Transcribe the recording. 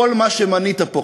כל מה שמנית פה,